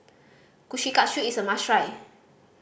kushikatsu is a must try